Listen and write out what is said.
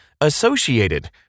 associated